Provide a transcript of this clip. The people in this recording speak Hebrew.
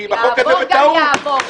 יעבור גם יעבור.